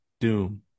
Doom